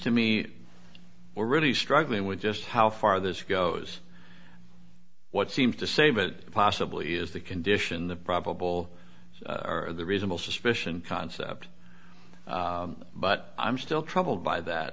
to me we're really struggling with just how far this goes what seems to save it possibly is the condition the probable or the reasonable suspicion concept but i'm still troubled by